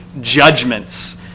judgments